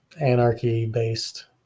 anarchy-based